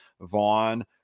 Vaughn